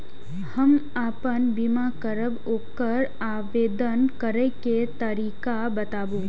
हम आपन बीमा करब ओकर आवेदन करै के तरीका बताबु?